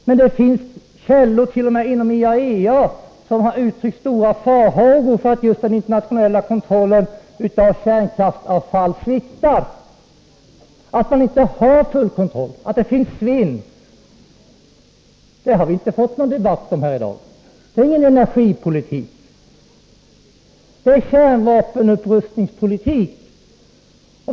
Men det finns källor t.o.m. inom IAEA som har uttryckt stora farhågor för att just den internationella kontrollen av kärnkraftsavfall sviktar, att man inte har full kontroll, att det finns svinn. Det har vi inte fått någon debatt om här i dag. Detta är inte energipolitik. Det är kärnvapenupprustningspolitik.